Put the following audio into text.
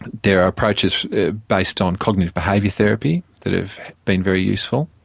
there are approaches based on cognitive behaviour therapy that have been very useful,